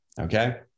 Okay